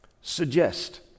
suggest